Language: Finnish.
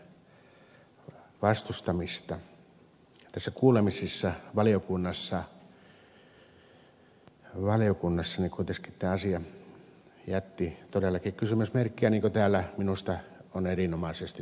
näissä valiokunnan kuulemisissa kuitenkin tämä asia jätti todellakin kysymysmerkkejä niin kuin täällä minusta on erinomaisesti tuotu julki